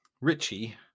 Richie